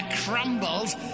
crumbles